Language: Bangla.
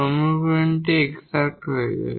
সমীকরণটি এক্সাট হয়ে যায়